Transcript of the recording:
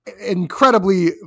Incredibly